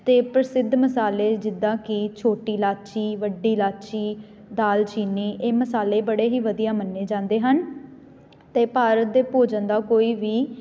ਅਤੇ ਪ੍ਰਸਿੱਧ ਮਸਾਲੇ ਜਿੱਦਾਂ ਕਿ ਛੋਟੀ ਇਲਾਇਚੀ ਵੱਡੀ ਇਲਾਇਚੀ ਦਾਲਚੀਨੀ ਇਹ ਮਸਾਲੇ ਬੜੇ ਹੀ ਵਧੀਆ ਮੰਨੇ ਜਾਂਦੇ ਹਨ ਅਤੇ ਭਾਰਤ ਦੇ ਭੋਜਨ ਦਾ ਕੋਈ ਵੀ